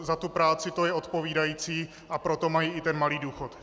Za tu práci je to odpovídající, a proto mají i ten malý důchod.